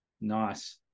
Nice